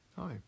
Hi